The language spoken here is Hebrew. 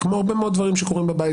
זה כמו הרבה מאוד דברים שקורים בבית